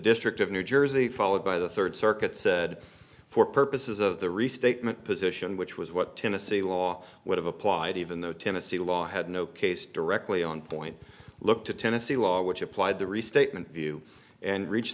district of new jersey followed by the third circuit said for purposes of the restatement position which was what tennessee law would have applied even though tennessee law had no case directly on point look to tennessee law which applied the restatement view and reached